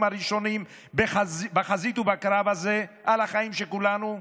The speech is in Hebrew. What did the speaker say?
הראשונים בחזית ובקרב הזה על החיים של כולנו,